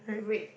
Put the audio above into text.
red